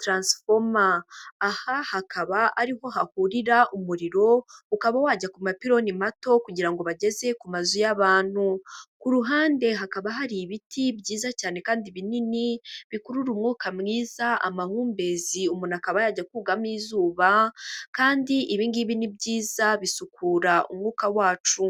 taransifoma. Aha hakaba ari ho hahurira umuriro, ukaba wajya ku mapironi mato kugira ngo bageze ku mazu y'abantu. Ku ruhande hakaba hari ibiti byiza cyane kandi binini, bikurura umwuka mwiza, amahumbezi, umuntu akaba yajya kugamo izuba, kandi ibi ngibi ni byiza bisukura umwuka wacu.